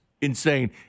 Insane